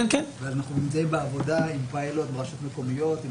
ואנחנו נמצאים בעבודה עם פיילוט ברשויות מקומיות.